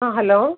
ആ ഹലോ